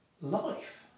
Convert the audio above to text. life